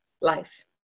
life